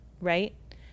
Right